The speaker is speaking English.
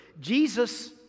Jesus